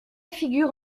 figure